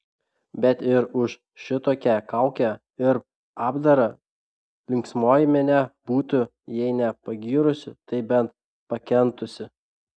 bet ir už šitokią kaukę ir apdarą linksmoji minia būtų jei ne pagyrusi tai bent pakentusi